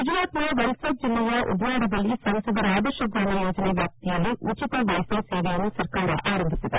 ಗುಜರಾತ್ನ ವಲ್ಪದ್ ಜಿಲ್ಲೆಯ ಉದ್ವಾಡಾದಲ್ಲಿ ಸಂಸದರ ಆದರ್ಶ ಗ್ರಾಮ ಯೋಜನೆಯ ವ್ಯಾಪ್ತಿಯಲ್ಲಿ ಉಚಿತ ವೈಥೈ ಸೇವೆಯನ್ನು ಸರ್ಕಾರ ಆರಂಭಿಸಿದೆ